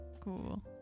cool